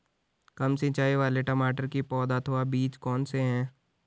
कम सिंचाई वाले टमाटर की पौध अथवा बीज कौन से हैं?